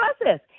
process